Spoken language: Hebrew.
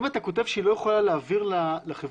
אם אתה כותב שהעירייה לא יכולה להעביר לחברת